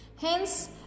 hence